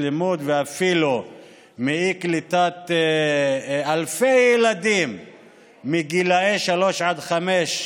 לימוד ואפילו מאי-קליטת אלפי ילדים בגילאי שלוש עד חמש,